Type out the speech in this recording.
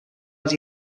als